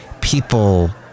people